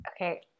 Okay